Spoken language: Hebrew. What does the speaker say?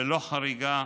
ללא חריגה,